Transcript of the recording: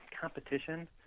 competition